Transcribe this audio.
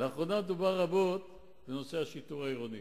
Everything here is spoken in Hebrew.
לאחרונה דובר רבות בנושא השיטור העירוני,